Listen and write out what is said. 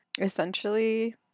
essentially